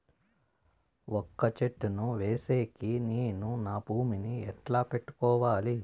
వక్క చెట్టును వేసేకి నేను నా భూమి ని ఎట్లా పెట్టుకోవాలి?